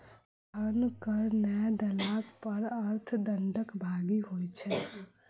धन कर नै देला पर अर्थ दंडक भागी होइत छै